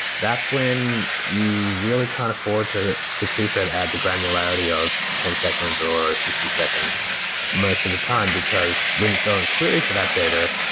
that's when you really can't afford to to keep it at the granularity of ten seconds or sixty seconds most of the time, because when you go and query for that data,